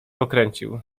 pokręcił